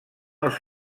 els